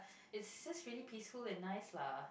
it's just really peaceful and nice lah